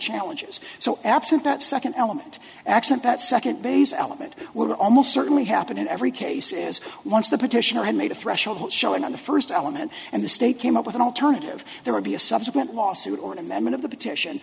challenges so absent that second element accept that second base element would almost certainly happen in every case is once the petition had made a threshold showing on the first element and the state came up with an alternative there would be a subsequent lawsuit or an amendment of the petition